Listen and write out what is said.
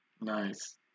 nice